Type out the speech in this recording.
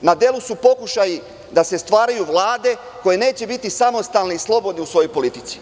na delu su pokušaji da se stvaraju Vlade koje neće biti samostalne i slobodne u svojoj politici.